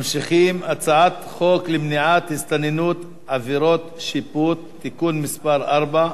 הצעת חוק למניעת הסתננות (עבירות ושיפוט) (תיקון מס' 4)